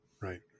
Right